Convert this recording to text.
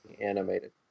animated